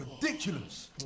ridiculous